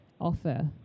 offer